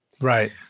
Right